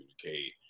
communicate